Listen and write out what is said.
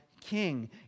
king